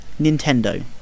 Nintendo